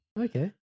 Okay